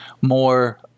More